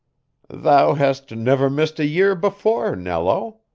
thou hast never missed a year before, nello.